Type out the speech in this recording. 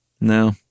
No